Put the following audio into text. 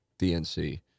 DNC